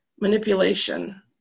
manipulation